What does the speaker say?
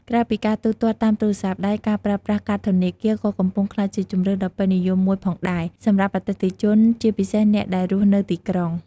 ក្រៅពីការទូទាត់តាមទូរស័ព្ទដៃ ការប្រើប្រាស់ កាតធនាគារ ក៏កំពុងក្លាយជាជម្រើសដ៏ពេញនិយមមួយផងដែរ សម្រាប់អតិថិជនជាពិសេសអ្នកដែលរស់នៅទីក្រុង។